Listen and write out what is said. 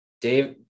Dave